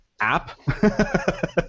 app